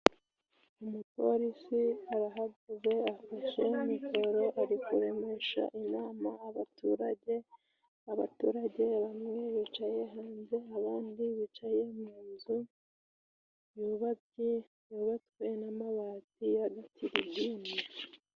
Umupolisi arahagaze afashe mikoro，ari kuremesha inama abaturage， abaturage bamwe bicaye hanze abandi bicaye munzu yubakiye， yubatswe n'amabati ya tirigimu.